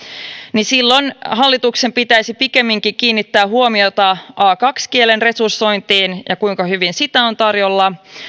niin silloin hallituksen pitäisi pikemminkin kiinnittää huomiota a kaksi kielen resursointiin ja siihen kuinka hyvin sitä on tarjolla